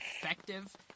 effective